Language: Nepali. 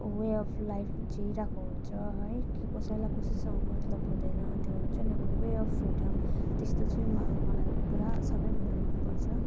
वे अब् लाइफ जिइरहेको हुन्छ है के कसैलाई कसैसँग मतलब हुँदैन त्यो हुन्छ नि वे अब् फ्रिडम त्यस्तो चाहिँ म अब मलाई पुरा सबभन्दा मन पर्छ